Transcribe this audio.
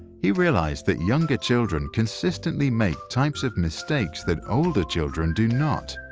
he realized that younger children consistently make types of mistakes that older children do not.